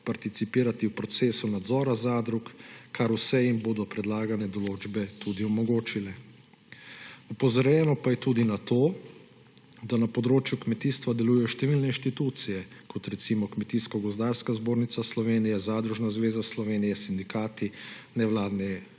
participirati v procesu nadzora zadrug, kar vse jim bodo predlagane določbe tudi omogočile. Opozorjeno pa je bilo tudi na to, da na področju kmetijstva delujejo številne inštitucije kot recimo Kmetijsko gozdarska zbornica Slovenije, Zadružna zveza Slovenije, sindikati, nevladne organizacije